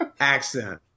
accent